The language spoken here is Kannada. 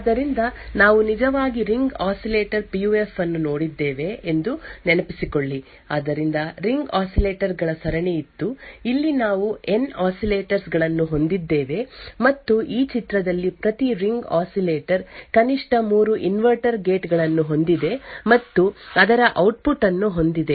ಆದ್ದರಿಂದ ನಾವು ನಿಜವಾಗಿ ರಿಂಗ್ ಆಸಿಲೇಟರ್ ಪಿಯುಎಫ್ ಅನ್ನು ನೋಡಿದ್ದೇವೆ ಎಂದು ನೆನಪಿಸಿಕೊಳ್ಳಿ ಆದ್ದರಿಂದ ರಿಂಗ್ ಆಸಿಲೇಟರ್ ಗಳ ಸರಣಿ ಇತ್ತು ಇಲ್ಲಿ ನಾವು ಎನ್ ಆಸಿಲೇಟರ್ ಗಳನ್ನು ಹೊಂದಿದ್ದೇವೆ ಮತ್ತು ಈ ಚಿತ್ರದಲ್ಲಿ ಪ್ರತಿ ರಿಂಗ್ ಆಸಿಲೇಟರ್ ಕನಿಷ್ಠ 3 ಇನ್ವರ್ಟರ್ ಗೇಟ್ ಗಳನ್ನು ಹೊಂದಿದೆ ಮತ್ತು ಅದರ ಔಟ್ಪುಟ್ ಅನ್ನು ಹೊಂದಿದೆ